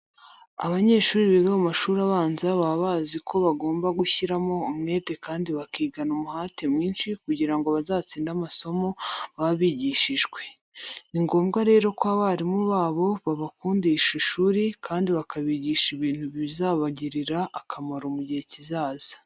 Abanyeshuri biga mu mashuri abanza baba bazi ko bagomba gushyiramo umwete kandi bakigana umuhate mwinshi kugira ngo bazatsinde amasomo baba bigishijwe. Ni ngombwa rero ko abarimu babo babakundisha ishuri kandi bakabigisha ibintu bizabagirira akamaro mu gihe kizaza.